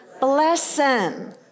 Blessing